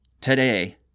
today